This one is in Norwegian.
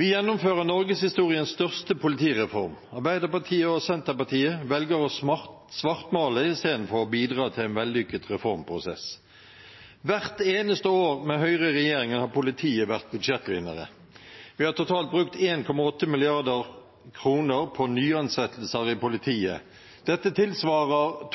vi gjennomfører norgeshistoriens største politireform. Arbeiderpartiet og Senterpartiet velger å svartmale istedenfor å bidra til en vellykket reformprosess. Hvert eneste år med Høyre i regjering har politiet vært budsjettvinner. Vi har totalt brukt 1,8 mrd. kr på nyansettelser i politiet. Dette tilsvarer